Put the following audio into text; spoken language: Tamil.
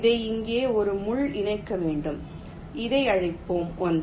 இதை இங்கே ஒரு முள் இணைக்க வேண்டும் இதை அழைப்போம் 1